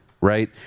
Right